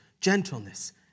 gentleness